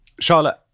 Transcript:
Charlotte